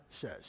says